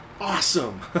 Awesome